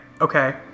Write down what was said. Okay